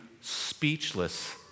speechless